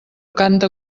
canta